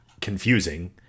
confusing